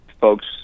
folks